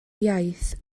iaith